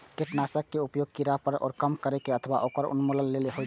कीटनाशक के उपयोग कीड़ाक प्रभाव कें कम करै अथवा ओकर उन्मूलन लेल होइ छै